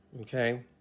Okay